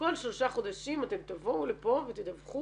כל שלושה חודשים אתם תבואו לפה ותדווחו